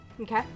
Okay